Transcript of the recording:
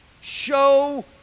Show